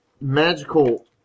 Magical